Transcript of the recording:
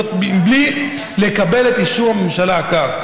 זאת מבלי לקבל את אישור הממשלה לכך".